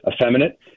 effeminate